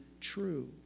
true